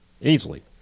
Easily